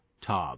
Tob